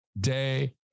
day